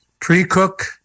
pre-Cook